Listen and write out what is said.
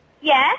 Yes